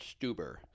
Stuber